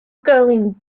going